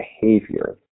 behavior